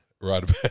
right